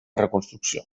reconstrucció